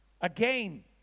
again